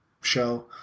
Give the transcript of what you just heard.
show